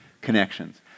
connections